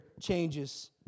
changes